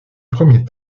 premier